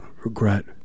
Regret